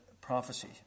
prophecy